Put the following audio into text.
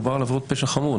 מדובר על עבירות פשע חמורות.